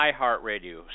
iHeartRadio